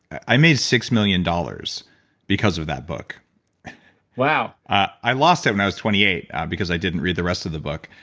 i made six million dollars because of that book wow i i lost it when i was twenty eight because i didn't read the rest of the book,